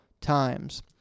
times